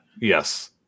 Yes